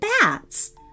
bats